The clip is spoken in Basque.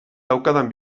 daukadan